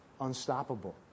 Unstoppable